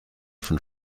von